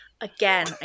Again